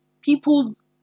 people's